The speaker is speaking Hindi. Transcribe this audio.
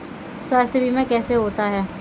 स्वास्थ्य बीमा कैसे होता है?